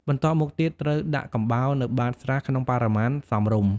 បន្ទាប់មកទៀតត្រូវដាក់កំបោរនៅបាតស្រះក្នុងបរិមាណសមរម្យ។